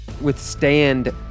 withstand